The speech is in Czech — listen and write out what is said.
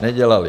Nedělali.